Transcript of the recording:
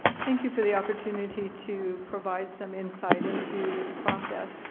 thank you for the opportunity to provide some insight into this process.